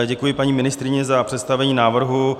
Děkuji paní ministryni za představení návrhu.